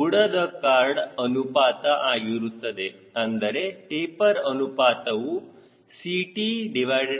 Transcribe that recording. ಬುಡದ chord ಅನುಪಾತ ಆಗಿರುತ್ತದೆ ಅಂದರೆ ಟೆಪರ್ ಅನುಪಾತವು CtCr ಆಗಿರುತ್ತದೆ